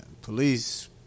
Police